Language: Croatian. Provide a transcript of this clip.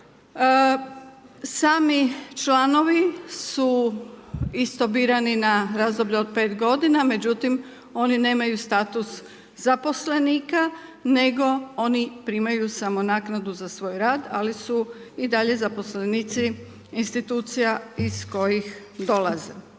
Sami članovi su isto birani na razdoblje od 5 g. međutim oni nemaju status zaposlenika nego oni primaju samo naknadu za svoj rad ali su i dalje zaposlenici institucija iz koji dolaze.